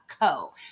co